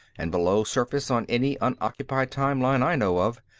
and below surface on any unoccupied time-line i know of,